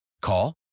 Call